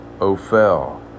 Ophel